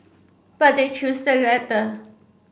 but they choose the latter